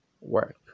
work